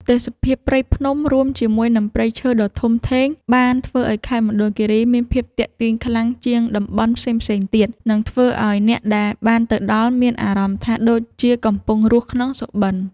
ទេសភាពព្រៃភ្នំរួមជាមួយនឹងព្រៃឈើដ៏ធំធេងបានធ្វើឱ្យខេត្តមណ្ឌលគីរីមានភាពទាក់ទាញខ្លាំងជាងតំបន់ផ្សេងៗទៀត និង ធ្វើឱ្យអ្នកដែលបានទៅដល់មានអារម្មណ៍ថាដូចជាកំពុងរស់ក្នុងសុបិន។